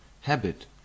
Habit